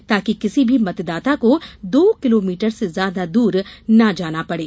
ताकि किसी भी मतदाता को दो किलोमीटर से ज्यादा दूर न जाना पड़े